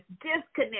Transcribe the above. disconnect